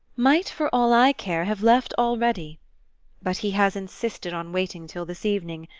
might, for all i care, have left already but he has insisted on waiting till this evening.